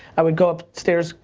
i would go up stairs,